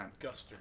Guster